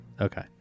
Okay